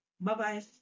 Bye-bye